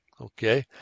Okay